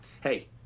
Hey